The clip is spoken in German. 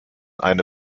eine